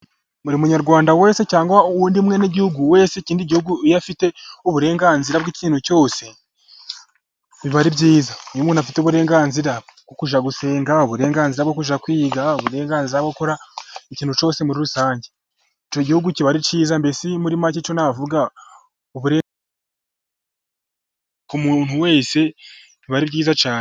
Buri munyarwanda wese cyangwa undi umwenegihugu wese, ikindi gihugu iyo afite uburenganzira bw'ikintu cyose, biba ari byiza. Iyo umuntu afite uburenganzira bwo kujya gusenga, uburenganzira bwo kwiga, uburenganzira bwo gukora ikintu cyose muri rusange. Icyo gihugu kiba ari cyiza, mbese muri make navuga ku muntu wese biba ari byiza cyane.